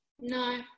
no